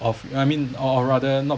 of I mean mean or rather not